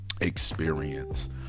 experience